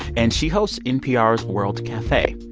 and she hosts npr's world cafe.